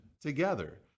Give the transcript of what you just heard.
together